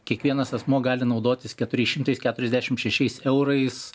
kiekvienas asmuo gali naudotis keturiais šimtais keturiasdešimt šešiais eurais